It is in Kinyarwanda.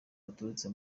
baturutse